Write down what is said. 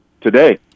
today